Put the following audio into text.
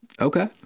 Okay